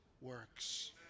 works